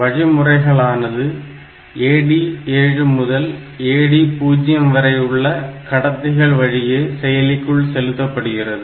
வழிமுறைகளானது AD7 முதல் AD0 வரை உள்ள கடத்திகள் வழியே செயலிக்குள் செலுத்தப்படுகிறது